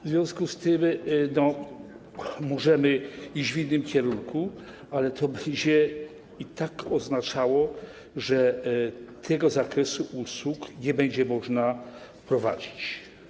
W związku z tym możemy iść w innym kierunku, ale to i tak będzie oznaczało, że tego zakresu usług nie będzie można wprowadzić.